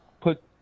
put